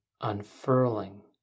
unfurling